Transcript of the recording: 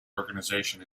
organisation